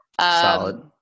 Solid